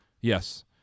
yes